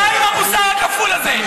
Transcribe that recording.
די עם המוסר הכפול הזה.